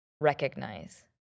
recognize